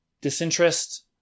disinterest